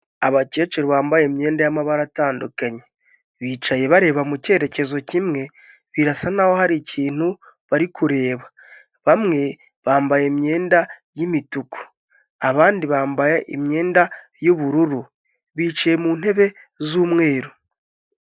Abakecuru bambaye imyenda y'amabara atandukanye bicaye bareba mu cyerekezo kimwe birasa naho hari ikintu bari kureba, bamwe bambaye imyenda y'imituku, abandi bambaye imyenda y'ubururu bicaye mu ntebe z'umweru.